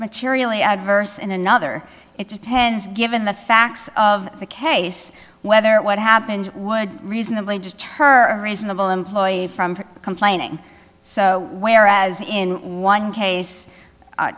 materially adverse in another it depends given the facts of the case whether what happened would reasonably just her a reasonable employee from the complaining so whereas in one case